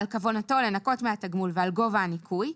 על כוונתו לנכות מהתגמול ועל גובה הניכוי.